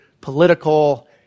political